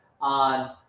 on